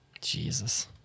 Jesus